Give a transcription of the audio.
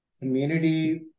community